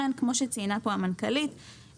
כפי שציינה כאן המנכ"לית,